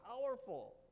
powerful